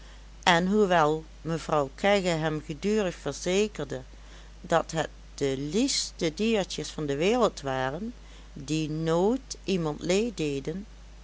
en hoewel mevrouw kegge hem gedurig verzekerde dat het de liefste diertjes van de wereld waren die nooit iemand